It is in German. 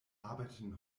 arbeiten